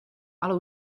ale